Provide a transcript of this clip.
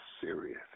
Serious